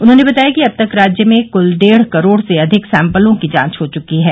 उन्होंने बताया कि अब तक राज्य में कुल डेढ करोड़ से अधिक सैम्पलों की जांच हो चुकी है